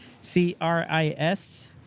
C-R-I-S